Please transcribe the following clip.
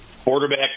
Quarterback